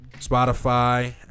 Spotify